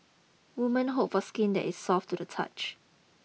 women hope for skin that is soft to the touch